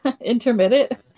intermittent